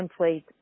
template